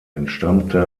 entstammte